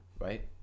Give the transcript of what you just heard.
right